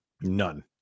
none